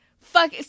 fuck